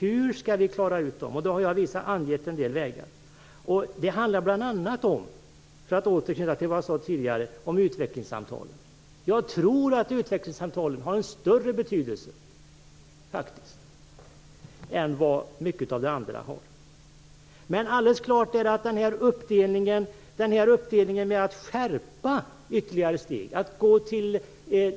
Hur skall vi klara ut dem? Jag har angett en del vägar. Det handlar bl.a. om, för att återknyta till det jag sade tidigare, utvecklingssamtal. Jag tror att utvecklingssamtalen har en större betydelse än mycket av det andra har. Det är alldeles klart att ni har föreslagit att man skall göra en uppdelning och skärpa stegen ytterligare.